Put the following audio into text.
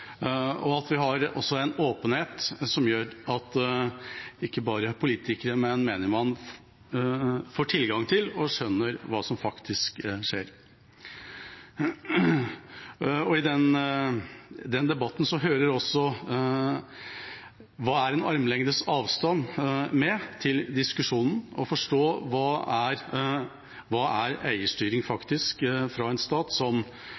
en åpenhet som gjør at ikke bare politikere, men også menigmann får tilgang til og skjønner hva som faktisk skjer. I den debatten hører det også med hva som er en armlengdes avstand: å forstå hva eierstyring er for en stat som